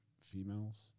females